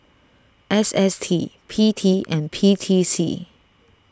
S S T P T and P T C